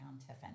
Tiffin